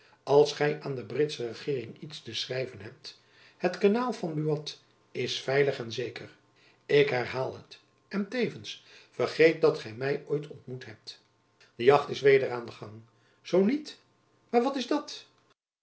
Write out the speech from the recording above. als gy aan de britsche regeering iets te schrijven hebt het kanaal van buat is veilig en zeker ik herhaal het en tevens vergeet dat gy my ooit ontmoet hebt de jacht is weder aan den gang zoo niet maar wat is dat